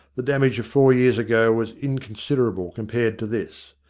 the damage of four years ago was inconsiderable compared to this.